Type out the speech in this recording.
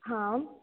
हा